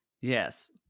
Yes